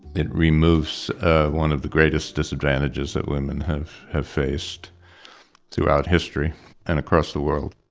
it removes one of the greatest disadvantages that women have have faced throughout history and across the world.